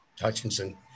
Hutchinson